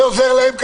זה עוזר להם ככה?